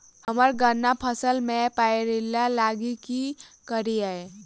हम्मर गन्ना फसल मे पायरिल्ला लागि की करियै?